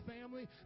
family